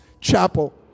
chapel